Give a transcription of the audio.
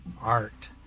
art